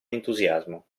entusiasmo